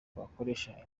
twakoresha